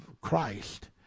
Christ